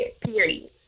period